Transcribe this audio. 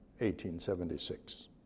1876